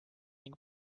ning